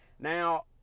Now